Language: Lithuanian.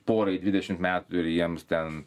porai dvidešimt metų ir jiems ten